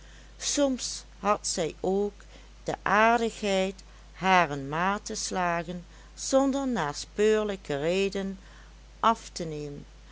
soms had zij ook de aardigheid haren maat de slagen zonder naspeurlijke reden af te nemen